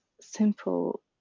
simple